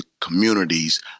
communities